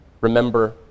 remember